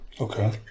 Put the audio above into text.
Okay